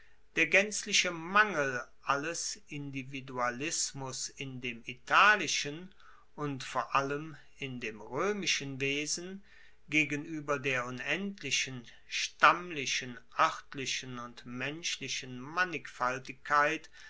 der gaenzliche mangel alles individualismus in dem italischen und vor allem in dem roemischen wesen gegenueber der unendlichen stammlichen oertlichen und menschlichen mannigfaltigkeit